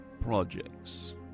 projects